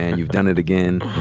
and you've done it again.